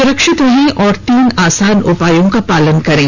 सुरक्षित रहें और तीन आसान उपायों का पालन करें